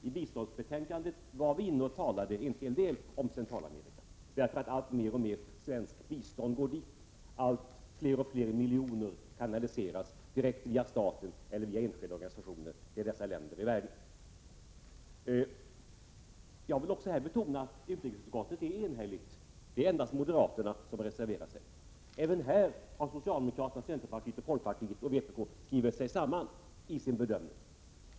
I biståndsbetänkandet var vi delvis inne på Centralamerika, därför att alltmer svenskt bistånd går dit — fler och fler miljoner kanaliseras direkt via staten eller via enskilda organisationer till dessa länder. Jag vill också betona att utrikesutskottets betänkande är enhälligt — det är endast moderaterna som har reserverat sig. Även här har socialdemokraterna, centerpartisterna, folkpartisterna och vpk:s ledamöter skrivit sig samman i sin bedömning.